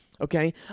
okay